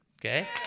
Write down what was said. Okay